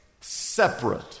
separate